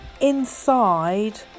inside